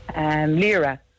Lira